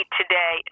today